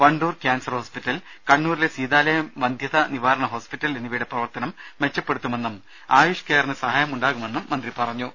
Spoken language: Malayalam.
വണ്ടൂർ ക്യാൻസർ ഹോസ്പിറ്റൽ കണ്ണൂരിലെ സീതാലയം വന്ധ്യതാ നിവാരണ ഹോസ്പിറ്റൽ എന്നിവയുടെ പ്രവർത്തനം മെച്ചപ്പെടുത്തുമെന്നും ആയുഷ് കെയറിന് സഹായമുണ്ടാകുമെന്നും മന്ത്രി പറഞ്ഞു